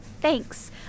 Thanks